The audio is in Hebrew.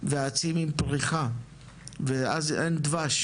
ועצים עם פריחה, ואז אין דבש.